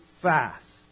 fast